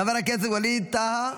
חבר הכנסת ווליד טאהא,